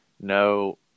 No